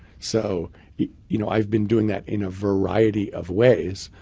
so you know i've been doing that in a variety of ways.